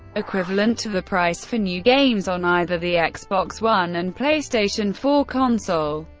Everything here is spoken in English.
equivalent to the price for new games on either the xbox one and playstation four console.